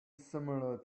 similar